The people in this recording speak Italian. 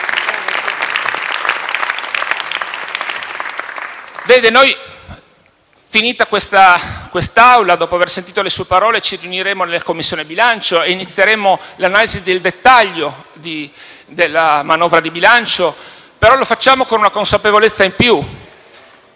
Una volta finita questa seduta, dopo aver sentito le sue parole, ci riuniremo in Commissione bilancio e inizieremo l'analisi del dettaglio della manovra di bilancio. Però lo facciamo con una consapevolezza in più: